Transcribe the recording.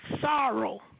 sorrow